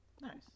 Nice